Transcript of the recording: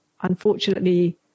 Unfortunately